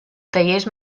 tallers